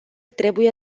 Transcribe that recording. trebuie